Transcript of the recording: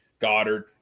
Goddard